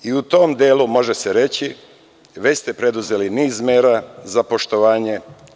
I u tom delu, može se reći, već ste preduzeli niz mera za poštovanje.